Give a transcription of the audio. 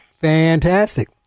Fantastic